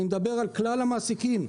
אני מדבר על כלל המעסיקים.